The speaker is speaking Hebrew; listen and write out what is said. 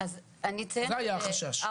זה היה החשש.